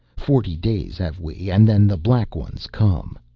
forty days have we and then the black ones come.